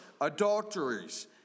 adulteries